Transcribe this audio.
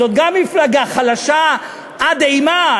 זאת גם מפלגה חלשה עד אימה.